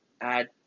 add